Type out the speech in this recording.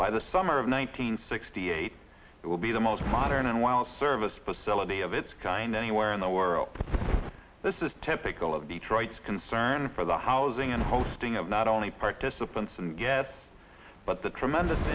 by the summer of one nine hundred sixty eight it will be the most modern and while service facility of its kind anywhere in the world this is typical of detroit's concern for the housing and hosting of not only participants and yes but the tremendous